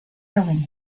killing